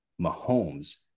Mahomes